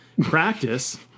Practice